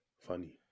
funny